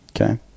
Okay